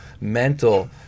mental